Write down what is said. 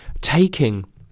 taking